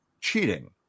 cheating